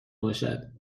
باشد